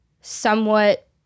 somewhat